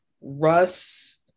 Russ